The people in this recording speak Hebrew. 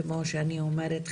כמו שאני אומרת,